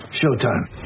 showtime